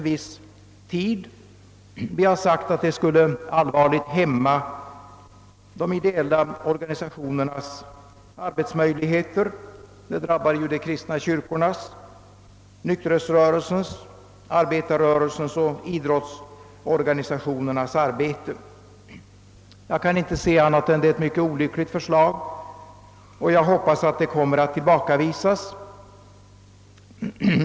Vi har anfört att den allvarligt skulle hämma de ideella orga nisationernas arbetsmöjligheter; den drabbar de kristna kyrkornas, nykterhetsrörelsens, arbetarrörelsens och idrottsorganisationernas verksamhet. Jag kan inte se annat än att det är ett mycket olyckligt förslag, och jag hoppas att det kommer att tillbakavisas.